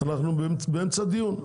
אנחנו באמצע דיון.